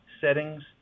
settings